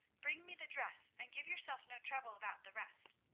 bring me the dress, and give yourself no trouble about the rest.